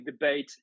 debate